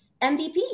MVP